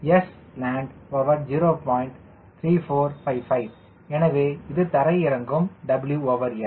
3455 எனவே இது தரையிறங்கும் WS